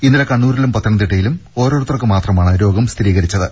ഇന്നലെ കണ്ണൂരിലും പത്തനംതിട്ടയിലും ഓരോരുത്തർക്ക് മാത്രമാണ് രോഗം സ്ഥിരീകരിച്ചത്